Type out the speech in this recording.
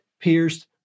pierced